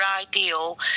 ideal